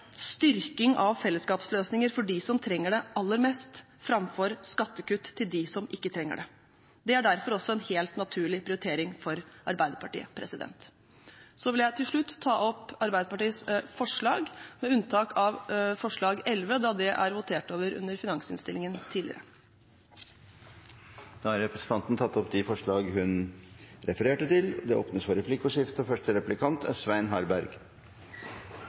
styrking av fellesskapsløsninger for dem som trenger det aller mest, framfor skattekutt til dem som ikke trenger det. Det er derfor også en helt naturlig prioritering for Arbeiderpartiet. Så vil jeg til slutt ta opp Arbeiderpartiets forslag, med unntak av forslag nr. 11, da det er votert over under behandlingen av finansinnstillingen tidligere. Representanten Anette Trettebergstuen har tatt opp de forslagene hun refererte til. Det åpnes for replikkordskifte. Representanten Trettebergstuen brukte store deler av sitt innlegg til å snakke om likebehandling og